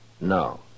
No